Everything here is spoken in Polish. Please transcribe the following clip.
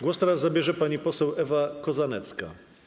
Głos teraz zabierze pani poseł Ewa Kozanecka.